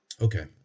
Okay